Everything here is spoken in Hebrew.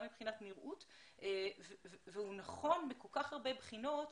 מבחינת נראות והוא נכון מכל כך הרבה בחינות.